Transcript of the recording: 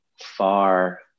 far